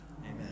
Amen